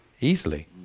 easily